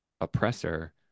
oppressor